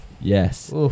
Yes